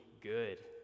good